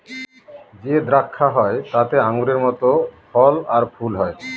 যে দ্রাক্ষা হয় তাতে আঙুরের মত ফল আর ফুল হয়